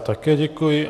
Také děkuji.